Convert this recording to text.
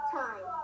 time